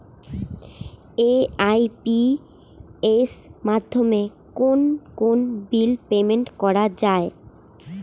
AEPS মাধ্যমে কোন কোন বিল পেমেন্ট করা যায়?